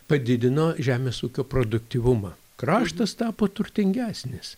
padidino žemės ūkio produktyvumą kraštas tapo turtingesnis